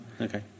Okay